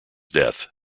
death